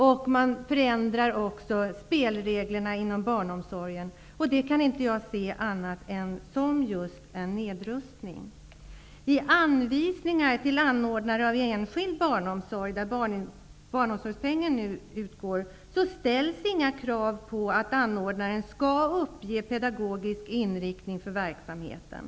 Dessutom förändras spelreglerna inom barnomsorgen. Jag kan inte se detta som något annat än just en nedrustning. I anvisningar till anordnare av enskild barnomsorg, där barnomsorgspeng nu utgår, ställs inga krav på att anordnaren skall uppge pedagogisk inriktning för verksamheten.